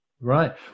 Right